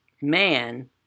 man